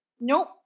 nope